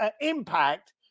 impact